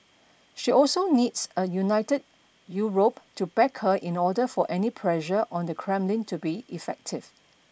she also needs a united Europe to back her in order for any pressure on the Kremlin to be effective